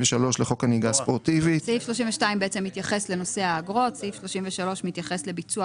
ותקנות הנהיגה הספורטיבית (אגרת הגשת בקשה לרישיון כלי